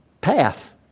path